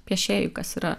piešėjų kas yra